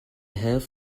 health